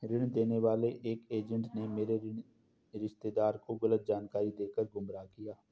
ऋण देने वाले एक एजेंट ने मेरे रिश्तेदार को गलत जानकारी देकर गुमराह किया